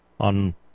on